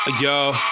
yo